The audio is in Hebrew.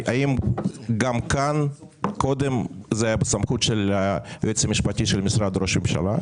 האם גם כאן קודם זה היה בסמכות של היועץ המשפטי של משרד ראש הממשלה?